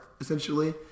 essentially